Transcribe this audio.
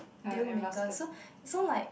dealmaker so so like